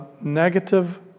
negative